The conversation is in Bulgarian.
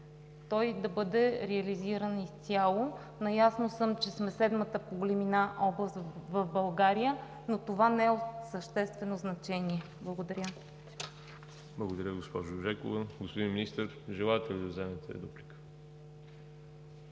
той да бъде реализиран изцяло. Наясно съм, че сме седмата по големина област в България, но това не е от съществено значение. Благодаря. ПРЕДСЕДАТЕЛ ВАЛЕРИ ЖАБЛЯНОВ: Благодаря, госпожо Жекова. Господин Министър, желаете ли да вземете дуплика?